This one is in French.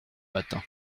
matin